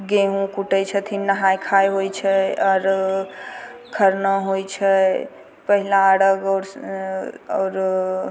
गेहूॅं कूटै छथिन नहाए खाए होइ छै आओर खरना होइ छै पहिला अर्घ्य आओरो